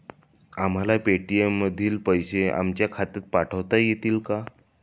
आम्हाला पेटीएम मधील पैसे आमच्या खात्यात पाठवता येतील का?